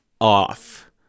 off